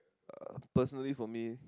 uh personally for me